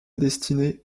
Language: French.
destinée